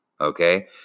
okay